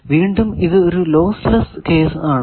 വീണ്ടും ഇത് ഒരു ലോസ് ലെസ്സ് കേസ് ആണ്